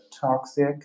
toxic